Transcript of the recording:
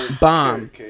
bomb